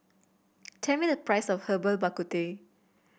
tell me the price of Herbal Bak Ku Teh